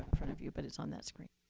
front of you, but it's on that screen.